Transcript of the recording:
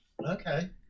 Okay